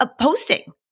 posting